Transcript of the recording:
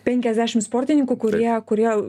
penkiasdešim sportininkų kurie kurie